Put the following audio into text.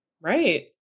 Right